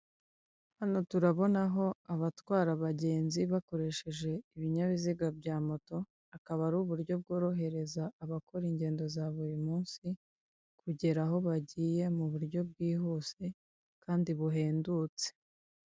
Hano turabonaho abatwara abagenzi bakoresheje ibinyabiziga bya moto akaba ari uburyo bworohereza abakora ingenda za buri munsi kugera aho mu buryo bwihuse kandi buhendutse.